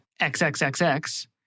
XXXX